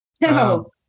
No